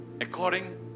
According